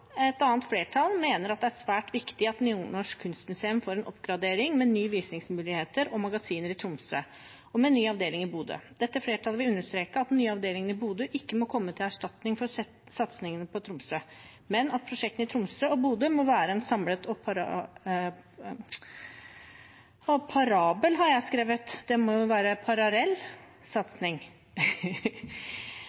annet flertall, alle unntatt medlemmet fra Senterpartiet, mener at det er svært viktig at Nordnorsk Kunstmuseum får en oppgradering med nye visningsmuligheter og magasiner i Tromsø, og med en ny avdeling i Bodø. Dette flertallet vil understreke at den nye avdelingen i Bodø ikke må komme til erstatning for satsingen på Tromsø, men at prosjektene i Tromsø og Bodø må være en samlet og parallell satsing.» Den merknaden skulle vi ha stått inne i, og det